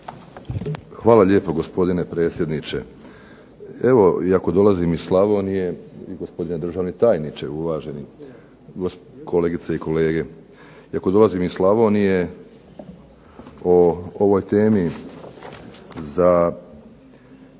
Hvala lijepo gospodine predsjedniče. Evo iako dolazim iz Slavonije. I gospodine državni tajniče uvaženi, kolegice i kolege. Iako dolazim iz Slavonije o ovoj temi za